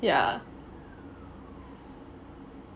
yeah